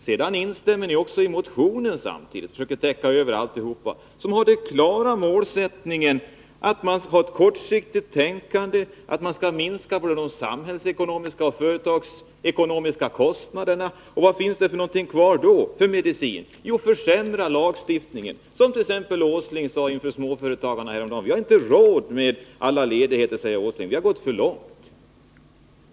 Samtidigt instämmer utskottsmajorite tenivad som framförs i motion 1979/80:572 och försöker täcka över den klara — Nr 36 målsättningen, att man skall ha ett kortsiktigt tänkande, att man skall minska de samhällsekonomiska och företagsekonomiska kostnaderna. Vad finns det sedan kvar för medicin? Jo, en försämring av lagstiftningen. Nils Åsling sade ju häromdagen inför de samlade småföretagarna att vi inte har råd med alla ledigheter — vi har gått för långt.